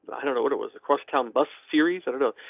i don't know what it was across town bus series. i don't know.